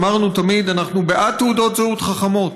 אמרנו תמיד שאנחנו בעד תעודות זהות חכמות.